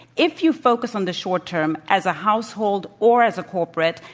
if you focus on the short-term, as a household or as a corporate,